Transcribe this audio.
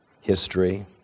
history